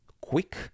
quick